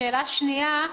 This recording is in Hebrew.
שאלה שנייה,